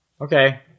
Okay